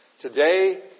Today